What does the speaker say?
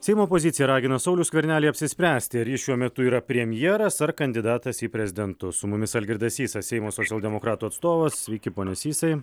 seimo opozicija ragina saulių skvernelį apsispręsti ar jis šiuo metu yra premjeras ar kandidatas į prezidentus su mumis algirdas sysas seimo socialdemokratų atstovas sveiki pone sysai